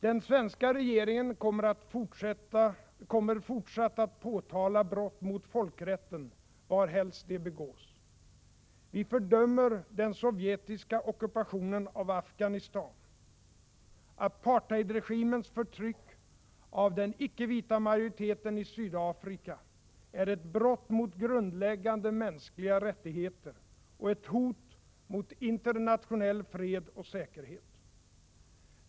Den svenska regeringen kommer fortsatt att påtala brott mot folkrätten varhelst de begås. Vi fördömer den sovjetiska ockupationen av Afghanistan. Apartheidregimens förtryck av den icke-vita majoriteten i Sydafrika är ett brott mot grundläggande mänskliga rättigheter och ett hot mot internationell fred och säkerhet.